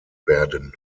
werden